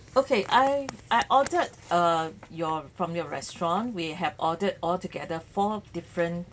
okay I I ordered err your from your restaurant we have ordered altogether four different